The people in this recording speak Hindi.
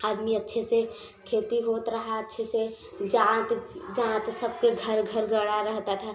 आदमी अच्छे से खेती होत रहा अच्छे से जात जाँत सबके घर घर गड़ा रहता था